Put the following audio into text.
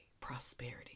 prosperity